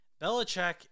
Belichick